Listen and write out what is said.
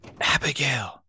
Abigail